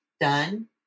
done